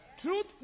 Truth